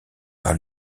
par